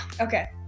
Okay